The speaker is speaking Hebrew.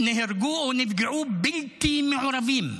נהרגו או נפגעו בלתי מעורבים.